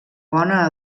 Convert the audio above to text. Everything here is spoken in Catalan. bona